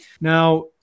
Now